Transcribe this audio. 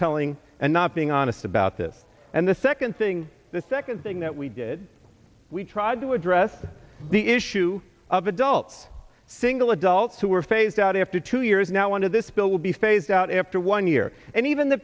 telling and not being honest about this and the second thing the second thing that we did we tried to address the issue of adults single adults who were phased out after two years now under this bill would be phased out after one year and even the